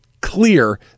clear